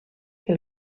que